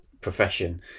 profession